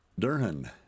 Durhan